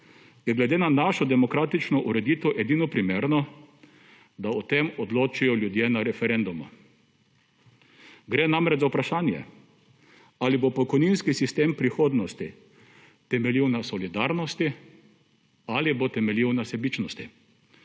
je glede na našo demokratično ureditev edino primerno, da o tem odločijo ljudje na referendumu. Gre namreč za vprašanje ali bo pokojninski sistem prihodnosti temeljil na solidarnosti ali bo temeljil na sebičnosti.